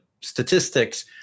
statistics